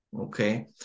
Okay